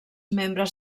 membres